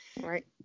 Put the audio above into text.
right